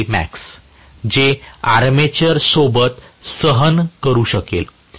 जे आर्मेचर सोबत सहन करू शकेल